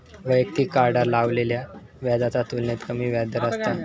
वैयक्तिक कार्डार लावलेल्या व्याजाच्या तुलनेत कमी व्याजदर असतत